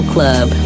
Club